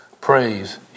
Praise